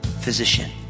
physician